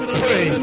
pray